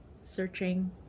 searching